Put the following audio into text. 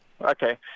Okay